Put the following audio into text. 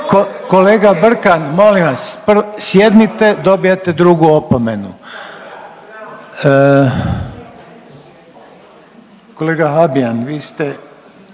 kolega Brkan molim vas! Sjednite, dobivate drugu opomenu. Kolega Habijan vi ste